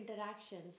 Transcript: interactions